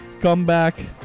comeback